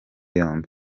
yombi